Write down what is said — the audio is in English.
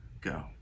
go